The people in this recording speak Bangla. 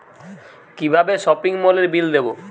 কিভাবে সপিং মলের বিল দেবো?